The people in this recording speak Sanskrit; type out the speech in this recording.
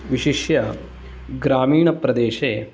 विशेष्य ग्रामीणप्रदेशे